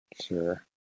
Sure